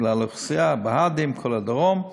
בגלל האוכלוסייה, הבה"דים, כל הדרום,